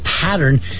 pattern